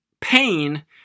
pain